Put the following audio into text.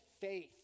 faith